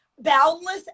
boundless